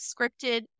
scripted